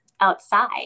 outside